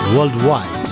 Worldwide